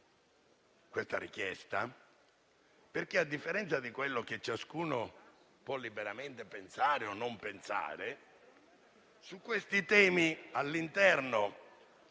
questa richiesta perché, a differenza di quello che ciascuno può liberamente pensare o non pensare, su questi temi all'interno